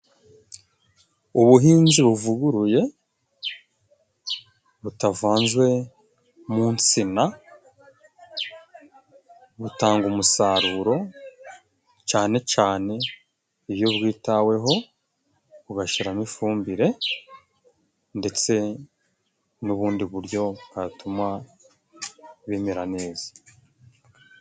Ubuhinzi buvuguruye butavanzwe mu nsina, butanga umusaruro cane cane iyo bwitaweho, ugashyiramo ifumbire, ndetse n'ubundi buryo bwatuma bimera neza.